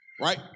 Right